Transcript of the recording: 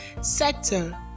sector